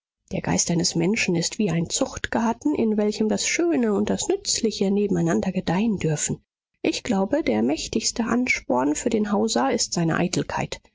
der geist eines menschen ist wie ein zuchtgarten in welchem das schöne und das nützliche nebeneinander gedeihen dürfen ich glaube der mächtigste ansporn für den hauser ist seine eitelkeit